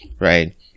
right